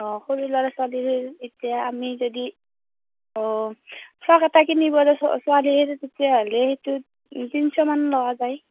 অঁ সৰু ল'ৰা ছোৱালীৰ এতিয়া আমি যদি অঁ ফ্ৰক এটা কিনিবলে ছোৱালীৰ তেতিয়াহ'লে সেইটোত তিনিশমান লোৱা যায়